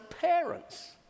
parents